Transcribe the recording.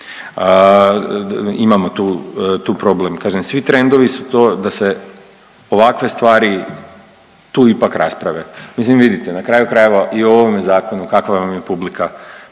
Imamo tu, tu problem. Kažem svi trendovi su to da se ovakve stvari tu ipak rasprave. Mislim vidite na kraju krajeva i o ovome zakonu kakva vam je publika.